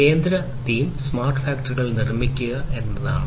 0 ലെ കേന്ദ്ര theme smart ഫാക്ടറികൾ നിർമ്മിക്കുക എന്നതാണ്